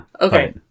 Okay